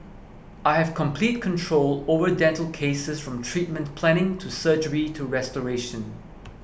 I have complete control over dental cases from treatment planning to surgery to restoration